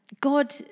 God